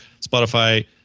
Spotify